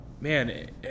man